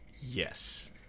Yes